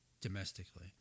domestically